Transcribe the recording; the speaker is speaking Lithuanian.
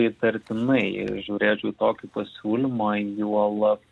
įtartinai žiūrėčiau tokį pasiūlymą juolab